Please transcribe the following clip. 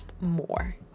more